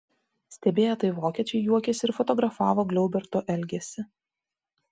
stebėję tai vokiečiai juokėsi ir fotografavo gliauberto elgesį